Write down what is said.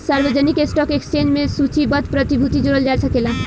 सार्वजानिक stock exchange में सूचीबद्ध प्रतिभूति जोड़ल जा सकेला